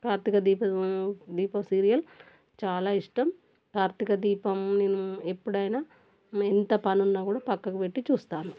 Karthika Deepam Deepam serial చాలా ఇష్టం కార్తిక దీపం నేను ఎప్పుడైనా ఎంత పని ఉన్నా కూడా పక్కకు పెట్టి చూస్తాను